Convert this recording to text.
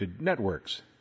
networks